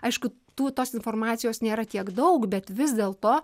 aišku tų tos informacijos nėra tiek daug bet vis dėl to